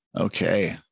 okay